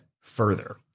further